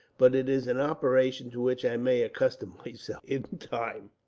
but it is an operation to which i may accustom myself, in time.